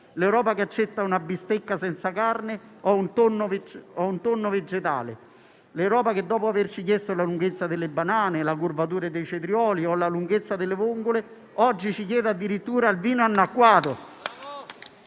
all'Europa che accetta una bistecca senza carne o un tonno vegetale e che, dopo averci chiesto la lunghezza delle banane, la curvatura dei cetrioli o la lunghezza delle vongole, oggi ci chiede addirittura il vino annacquato.